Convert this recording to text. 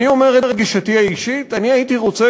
אני אומר את גישתי האישית: אני הייתי רוצה